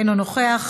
אינו נוכח,